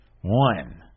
One